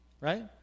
right